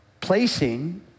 placing